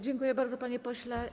Dziękuję bardzo, panie pośle.